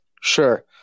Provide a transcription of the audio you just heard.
Sure